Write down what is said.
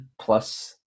plus